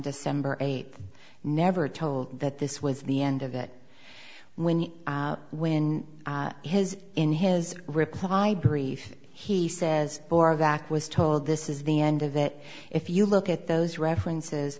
december eighth never told that this was the end of it when when his in his reply brief he says back was told this is the end of it if you look at those references